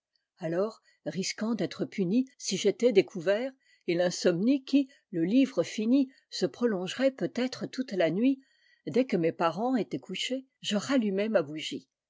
alors risquant d'être puni si j'étais découvert et l'insomnie qui le livre fini se prolongerait peut-être toute la nuit dès que mes parents étaient couchés je rallumais ma bougie